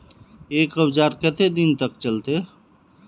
एक औजार केते दिन तक चलते?